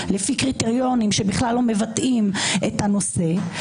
לפי קריטריונים שבכלל לא מבטאים את הנושא.